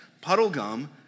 Puddlegum